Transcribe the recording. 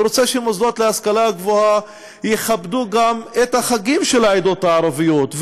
אני רוצה שמוסדות להשכלה גבוהה יכבדו גם את החגים של העדות הערביות,